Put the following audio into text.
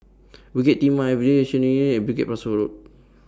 Bukit Timah Bukit Pasoh Road